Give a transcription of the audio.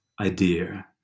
idea